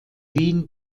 wien